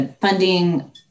funding